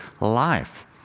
life